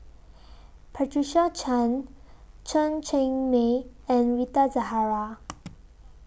Patricia Chan Chen Cheng Mei and Rita Zahara